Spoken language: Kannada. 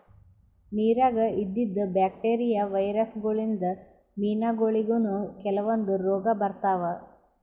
ನಿರಾಗ್ ಇದ್ದಿದ್ ಬ್ಯಾಕ್ಟೀರಿಯಾ, ವೈರಸ್ ಗೋಳಿನ್ದ್ ಮೀನಾಗೋಳಿಗನೂ ಕೆಲವಂದ್ ರೋಗ್ ಬರ್ತಾವ್